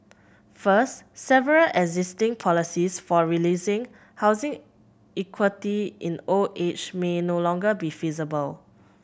first several existing policies for releasing housing equity in old age may no longer be feasible